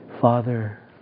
Father